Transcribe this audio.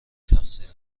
تقصیرم